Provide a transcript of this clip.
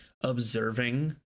observing